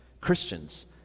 Christians